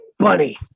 bunny